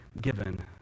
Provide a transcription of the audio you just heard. given